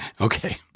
Okay